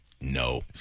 no